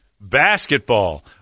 Basketball